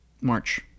march